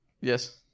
Yes